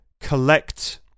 collect